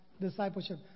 discipleship